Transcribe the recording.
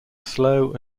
slow